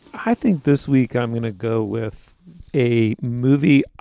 i think this week i'm going to go with a movie.